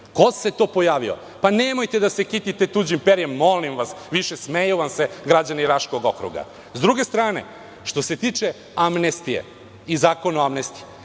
Ko se to pojavio? Pa nemojte da se kitite tuđim perjem, molim vas. Smeju vam se građani Raškog okruga.S druge strane što se tiče amnestije i za Zakona o amnestiji.